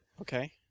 Okay